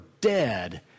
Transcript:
dead